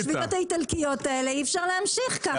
עם השביתות האיטלקיות האלה אי אפשר להמשיך ככה.